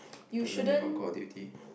I learn that from Call-of-Duty